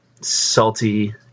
Salty